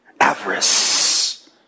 Avarice